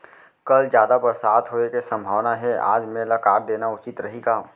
कल जादा बरसात होये के सम्भावना हे, आज मेड़ ल काट देना उचित रही का?